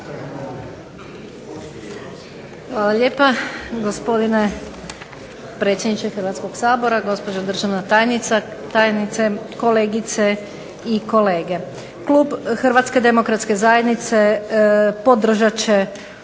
Hvala lijepa, gospodine predsjedniče Hrvatskoga sabora. Gospođo državna tajnice, kolegice i kolege. Klub Hrvatske demokratske zajednice podržat